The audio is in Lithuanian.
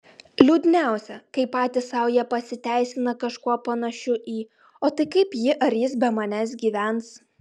liūdniausia kai patys sau jie pasiteisina kažkuo panašiu į o tai kaip ji ar jis be manęs gyvens